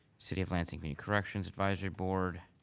city of lansing new new corrections advisory board,